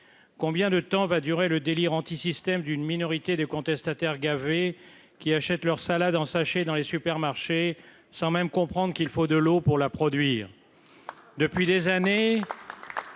combien de temps va durer le délire anti-système d'une minorité des contestataires gavé qui achètent leur salade en sachet dans les supermarchés, sans même comprendre qu'il faut de l'eau pour la produire